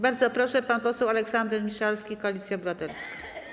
Bardzo proszę, pan poseł Aleksander Miszalski, Koalicja Obywatelska.